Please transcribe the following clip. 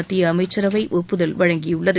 மத்திய அமைச்சரவை ஒப்புதல் வழங்கியுள்ளது